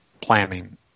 planning